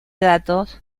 datos